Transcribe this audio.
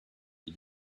did